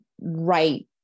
right